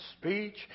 speech